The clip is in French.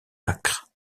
acre